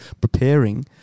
preparing